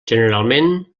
generalment